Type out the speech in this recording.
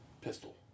Pistol